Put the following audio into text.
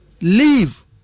Leave